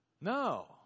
No